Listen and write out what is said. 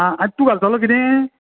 आं तूं घालतलो कितें